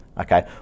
Okay